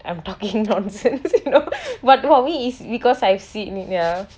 I'm talking nonsense you know but for me is because I've seen it ya